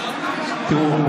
תראו,